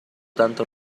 tanto